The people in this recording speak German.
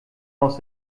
aus